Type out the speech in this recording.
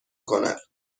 کند